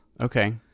Okay